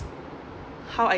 how I